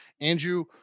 Andrew